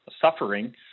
suffering